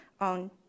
on